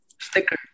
Sticker